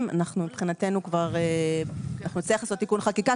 אנחנו מבחינתנו נצליח לעשות תיקון חקיקה,